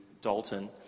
Dalton